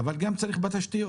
אבל גם צריך תשתיות.